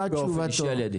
מה תשובתו של משרד הפנים?